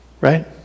right